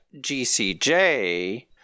GCJ